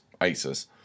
isis